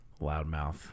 loudmouth